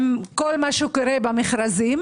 עם כל מה שקורה במכרזים.